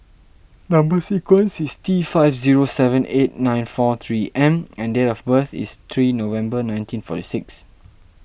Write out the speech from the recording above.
Number Sequence is T five zero seven eight nine four three M and date of birth is three November nineteen forty six